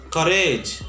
Courage